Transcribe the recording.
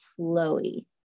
flowy